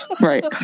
Right